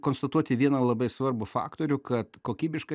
konstatuoti vieną labai svarbų faktorių kad kokybiška